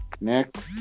next